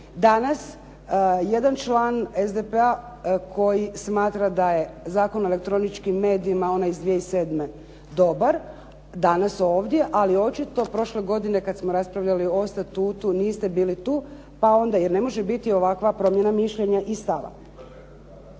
danas jedan član SDP-a koji smatra da je Zakon o elektroničkim medijima onaj iz 2007. dobar danas ovdje ali očito prošle godine kad smo raspravljali o statutu niste bili tu pa onda jer ne može biti ovakva promjena mišljenja i stava.